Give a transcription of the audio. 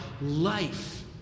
life